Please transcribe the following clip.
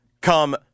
come